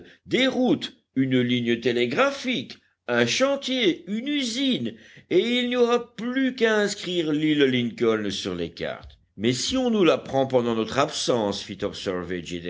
des routes une ligne télégraphique un chantier une usine et il n'y aura plus qu'à inscrire l'île lincoln sur les cartes mais si on nous la prend pendant notre absence